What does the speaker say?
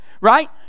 right